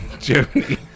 Germany